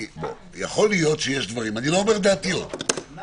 כי יכול להיות שיש דברים אני לא אומר את דעתי עוד --- לא,